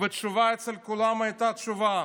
והתשובה אצל כולם הייתה התשובה: